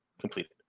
completed